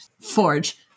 forge